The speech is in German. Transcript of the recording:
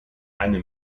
eine